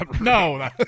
no